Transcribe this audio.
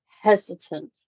hesitant